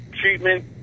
treatment